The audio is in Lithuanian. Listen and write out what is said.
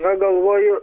va galvoju